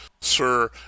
sir